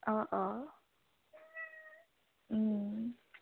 অঁ অঁ